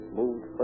moved